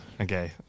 okay